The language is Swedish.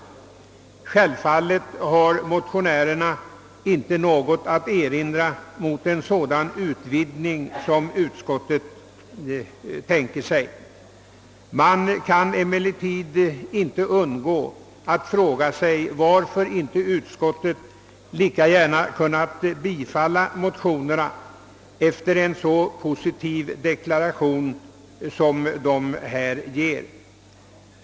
Självfallet har vi motionärer inte något att erinra mot en utvidgning av det slag utskottet tänker sig. Jag kan emellertid inte undgå att ställa frågan, varför utskottet inte lika gärna kunnat förorda bifall till motionerna sedan en så positiv deklaration gjorts i utlåtandet.